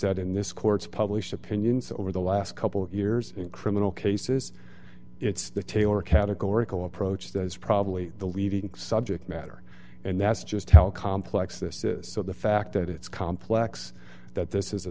that in this court's published opinions over the last couple of years in criminal cases it's the tailor categorical approach that is probably the leading subject matter and that's just how complex this is so the fact that it's complex that this is a